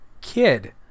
kid